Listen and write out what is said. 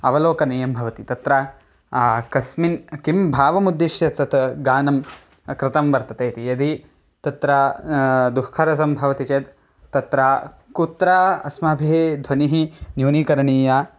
अवलोकनीयं भवति तत्र कस्मिन् किं भावमुद्धिश्य तत् गानं कृतं वर्तते इति यदि तत्र दुःखरसं भवति चेत् तत्र कुत्र अस्माभिः ध्वनिः न्यूनीकरणीया